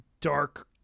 dark